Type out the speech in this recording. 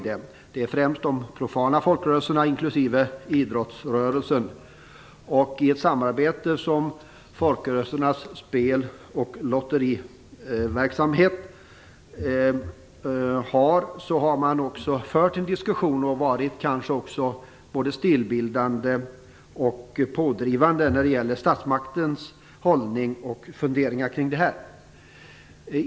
Det är främst de profana folkrörelserna, inklusive indrottsrörelsen. I samband med folkrörelsernas spel och lotteriverksamhet har man fört en diskussion och varit stilbildande och pådrivande när det gäller statsmaktens hållning och funderingar kring det här.